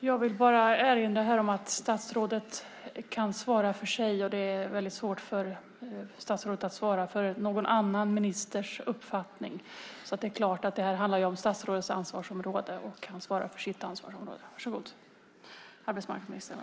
Jag vill bara erinra om att statsrådet svarar för sig. Det är väldigt svårt att svara för någon annan ministers uppfattning. Detta handlar om statsrådets ansvarsområde, och han svarar för detta.